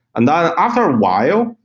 and then after a while,